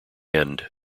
end